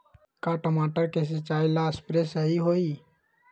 का टमाटर के सिचाई ला सप्रे सही होई?